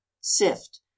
Sift